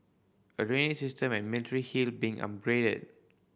a drainage system at Military Hill being upgraded